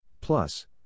Plus